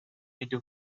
into